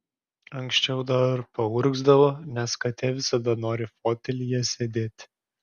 anksčiau dar paurgzdavo nes katė visada nori fotelyje sėdėti